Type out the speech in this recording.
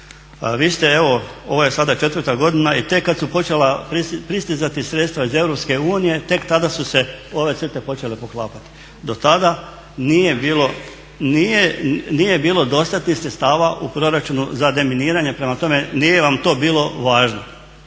Vi ste evo ovo je sada 4.godina i tek kada su počela pristizati sredstva iz EU tek tada su se ove crte počele poklapati. Do tada nije bilo dostatnih sredstava u proračunu za deminiranje, prema tome nije vam to bilo važno.